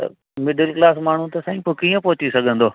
middle class माण्हू त साईं पोइ कीअं पहुची सघंदो